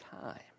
time